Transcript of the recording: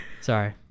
Sorry